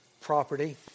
property